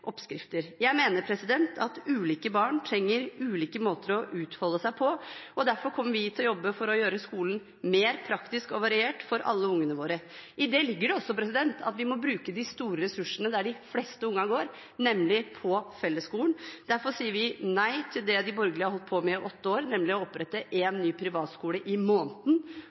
oppskrifter. Jeg mener at ulike barn trenger ulike måter å utfolde seg på. Derfor kommer vi til å jobbe for å gjøre skolen mer praktisk og variert for alle ungene våre. I det ligger det også at vi må bruke de store ressursene der de fleste ungene går, nemlig på fellesskolen. Derfor sier vi nei til det de borgerlige har holdt på med i åtte år, nemlig å opprette en ny privatskole i måneden.